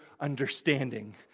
understanding